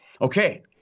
okay